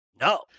no